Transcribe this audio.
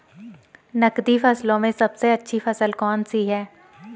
नकदी फसलों में सबसे अच्छी फसल कौन सी है?